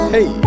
Hey